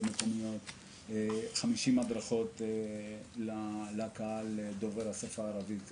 מקומיות 50 הדרכות לקהל דובר השפה הערבית,